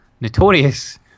notorious